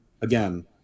again